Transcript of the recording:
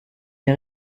est